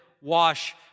wash